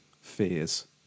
fears